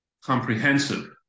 comprehensive